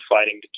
fighting